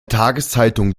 tageszeitung